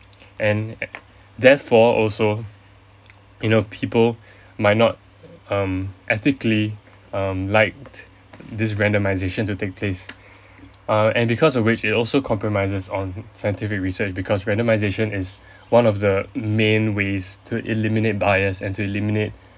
and therefore also you know people might not um ethically um like this randomisation to take place err and because of which it also compromises on scientific research because randomisation is one of the main ways to eliminate bias and to eliminate